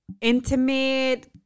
intimate